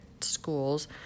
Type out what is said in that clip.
schools